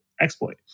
exploit